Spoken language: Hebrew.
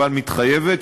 אבל מתחייבת,